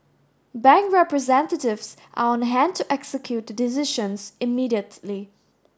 bank representatives are on hand to execute the decisions immediately